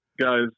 guys